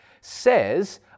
says